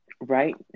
Right